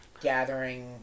gathering